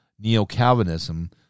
neo-Calvinism